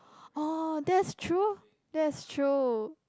oh that's true that's true